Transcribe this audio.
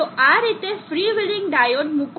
તો આ રીતે ફ્રી વ્હિલિંગ ડાયોડ મૂકો